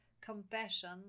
compassion